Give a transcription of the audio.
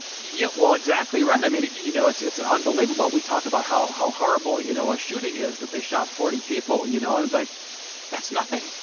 yeah, well exactly right i mean, you know, it's it's unbelievable, we talk about how how horrible, you know, a shooting is, that they shot forty people, you know, and it's like that's nothing,